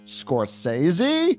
scorsese